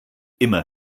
immer